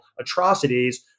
atrocities